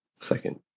second